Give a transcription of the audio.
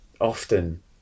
often